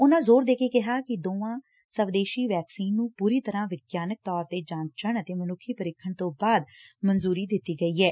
ਉਨੂਾਂ ਜ਼ੋਰ ਦੇ ਕੇ ਕਿਹਾ ਕਿ ਦੋਵਾਂ ਸਵੈਦੇਸ਼ੀ ਵੈਕਸੀਨ ਨੂੰ ਪੂਰੀ ਤਰੂਾਂ ਵਿਗਿਆਨਕ ਤੌਰ ਤੇ ਜਾਂਚਣ ਅਤੇ ਮਨੁੱਖੀ ਪਰੀਖਣ ਤੋਂ ਬਾਅਦ ਮਨਜੂਰੀ ਦਿੱਤੀ ਗਈ ਐ